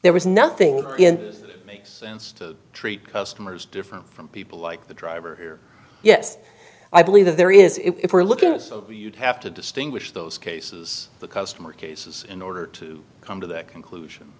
there was nothing makes sense to treat customers different from people like the driver here yes i believe that there is if we look at this of you you'd have to distinguish those cases the customer cases in order to come to that conclusion